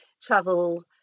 travel